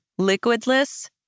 liquidless